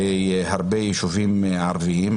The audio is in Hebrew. בהרבה יישובים ערביים.